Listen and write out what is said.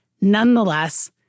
Nonetheless